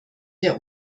der